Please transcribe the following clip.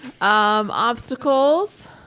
obstacles